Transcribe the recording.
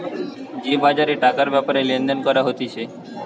যে বাজারে টাকার ব্যাপারে লেনদেন করা হতিছে